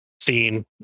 scene